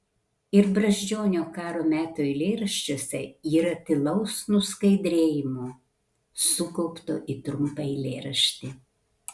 ir brazdžionio karo metų eilėraščiuose yra tylaus nuskaidrėjimo sukaupto į trumpą eilėraštį